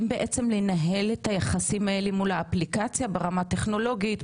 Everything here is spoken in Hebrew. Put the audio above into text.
בעצם לנהל את היחסים האלה מול האפליקציה ברמה הטכנולוגית,